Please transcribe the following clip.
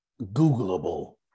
Googleable